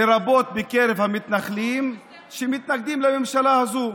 לרבות בקרב המתנחלים, שמתנגדים לממשלה הזאת.